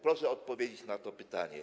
Proszę odpowiedzieć na to pytanie.